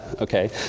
okay